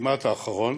הכמעט-אחרון